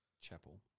Chapel